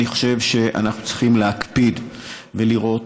אני חושב שאנחנו צריכים להקפיד ולראות